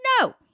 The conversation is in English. No